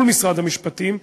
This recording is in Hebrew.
מול משרד המשפטים,